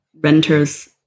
renters